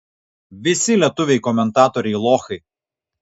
visi lietuviai komentatoriai lochai